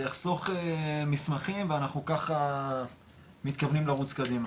זה יחסוך מסמכים ואנחנו ככה מתכוונים לרוץ קדימה.